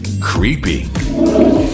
Creepy